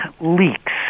leaks